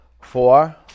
four